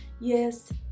Yes